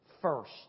first